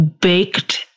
baked